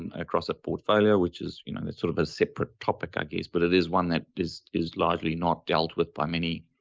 and across a portfolio, which is, you know and it's sort of a separate topic, i guess, but it is one that is is largely not dealt with by many,